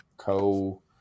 Co